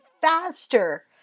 faster